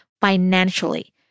financially